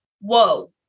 whoa